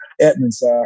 Edmonds